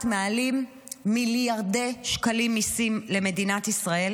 מעלים מיליארדי שקלים מיסים למדינת ישראל,